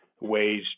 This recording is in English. ways